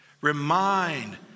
Remind